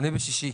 אני בשישי.